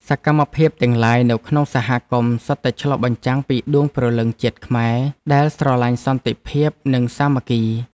សកម្មភាពទាំងឡាយនៅក្នុងសហគមន៍សុទ្ធតែឆ្លុះបញ្ចាំងពីដួងព្រលឹងជាតិខ្មែរដែលស្រឡាញ់សន្តិភាពនិងសាមគ្គី។